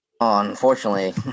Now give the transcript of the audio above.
Unfortunately